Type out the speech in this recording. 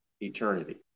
eternity